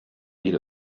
eat